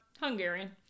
Hungarian